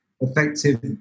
effective